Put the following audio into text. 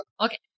Okay